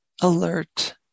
alert